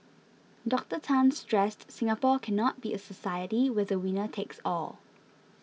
Doctor Tan stressed Singapore cannot be a society where the winner takes all